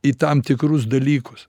į tam tikrus dalykus